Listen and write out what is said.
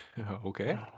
Okay